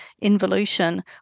involution